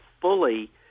fully